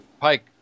Pike